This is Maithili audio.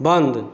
बन्द